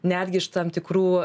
netgi iš tam tikrų